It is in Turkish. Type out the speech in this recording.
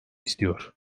istiyor